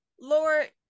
Lord